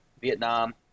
Vietnam